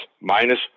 minus